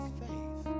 faith